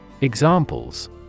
Examples